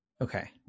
Okay